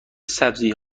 سبزی